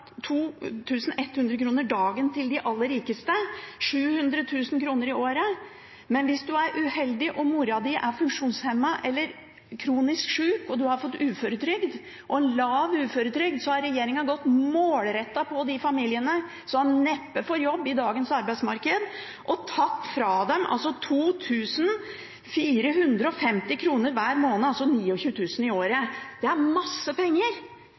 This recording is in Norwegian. er funksjonshemmet eller kronisk syk og har fått uføretrygd, en lav uføretrygd, har regjeringen gått målrettet på de familiene, som neppe får jobb i dagens arbeidsmarked, og tatt fra dem 2 450 kr hver måned, altså 29 000 kr i året. Det er masse penger!